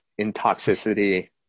intoxicity